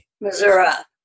Missouri